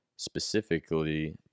specifically